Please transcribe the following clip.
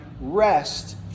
rest